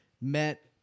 met